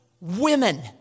women